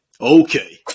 Okay